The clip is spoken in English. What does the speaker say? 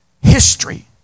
history